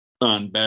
on